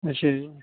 ਅੱਛਾ ਜੀ